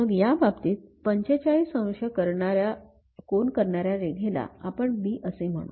मग या बाबतीत या ४५ अंशाचा कोन करणाऱ्या रेघेला आपण B असे म्हणू